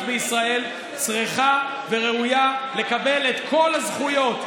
בישראל צריכה וראויה לקבל את כל הזכויות,